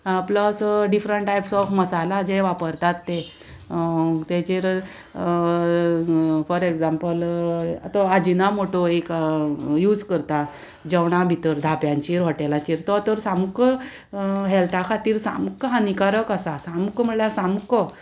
plus different types of masala जे वापरतात ते तेजेर फॉर एग्जाम्पल अजिना मोटो एक यूज करता जेवणा भितर धाप्यांचेर हॉटेलाचेर तो तर सामको हेल्था खातीर सामको हानिकारक आसा सामको म्हळ्यार सामको